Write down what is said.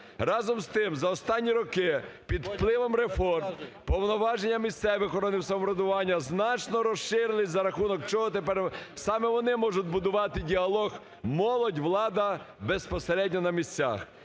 Разом з тим, за останні роки під впливом реформ повноваження місцевих органів самоврядування значно розширилися, за рахунок чого тепер… саме вони можуть будувати діалог "молодь-влада" безпосередньо на місцях.